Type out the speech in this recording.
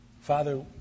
Father